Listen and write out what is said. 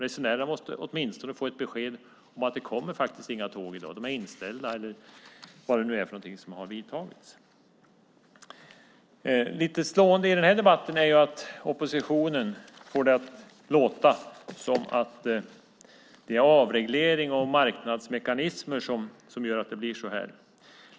Resenärerna måste åtminstone få besked om att det faktiskt inte kommer några tåg i dag, för de är inställda eller vad det nu är. Lite slående i den här debatten är att oppositionen får det att låta som att det är avreglering och marknadsmekanismer som gör att det blir så här.